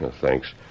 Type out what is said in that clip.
Thanks